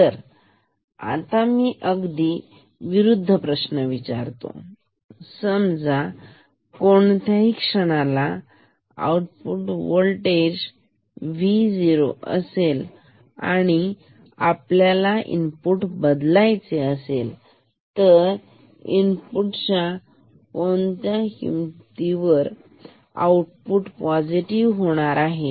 तर आता मी अगदी विरुद्ध प्रश्न विचारतो समजा कोणत्याही क्षणाला आउटपुट होल्टेज Vo असेल आणि आपल्याला इनपुट बदलायचे असेल तर इनपुट च्या कोणत्या किमती ला आउटपुट व्होल्टेज पॉझिटिव्ह होईल